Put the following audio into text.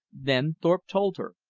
then thorpe told her.